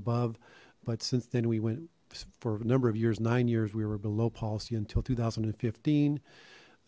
above but since then we went for a number of years nine years we were below policy until two thousand and fifteen